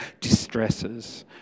distresses